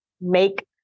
make